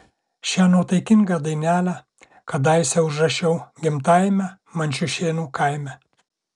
šią nuotaikingą dainelę kadaise užrašiau gimtajame mančiušėnų kaime